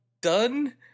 done